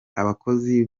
abakozi